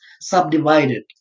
subdivided